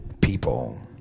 people